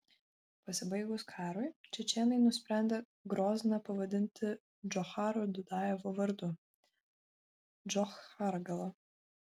pasibaigus karui čečėnai nusprendę grozną pavadinti džocharo dudajevo vardu džochargala